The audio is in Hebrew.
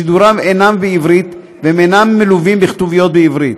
שידוריו אינם בעברית והם אינם מלווים בכתוביות בעברית.